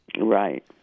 Right